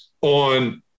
on